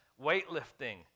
weightlifting